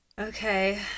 Okay